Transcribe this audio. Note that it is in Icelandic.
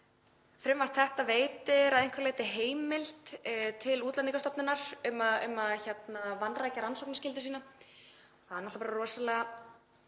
frumvarp þetta veiti að einhverju leyti heimild til Útlendingastofnunar til að vanrækja rannsóknarskyldu sína. Það er bara rosalega